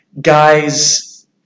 guys